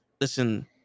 Listen